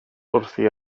wrthi